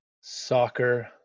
soccer